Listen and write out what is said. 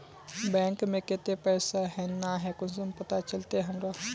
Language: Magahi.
बैंक में केते पैसा है ना है कुंसम पता चलते हमरा?